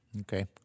Okay